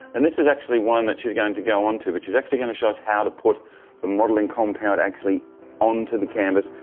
and this is actually one that she's going to go onto, and but she's actually going to show us how to put the modeling compound actually onto the canvas.